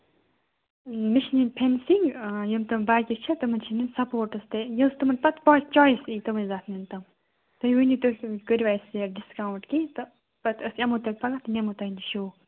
مےٚ چھِ نِنۍ فینسِنٛگ یم تِم بجہِ چھِ تِمَن چھِ نہٕ سَپوٹٔس تہِ یُس تِمَن پَتہٕ پنٕنۍ چوٚیِس یِیہِ تِمٕے گژھنم تانۍ تُہۍ ؤنِو تُہۍ کٔرۍوا اَسہِ ڈِسکاوُنٛٹ کیٚنٛہہ تہٕ پَتہٕ أسۍ یِمو تیٚلہِ پگاہ تہٕ نِمو تۄہہِ نِش شوٗ